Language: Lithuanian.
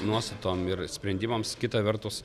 nuostatom ir sprendimams kita vertus